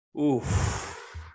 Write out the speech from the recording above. Oof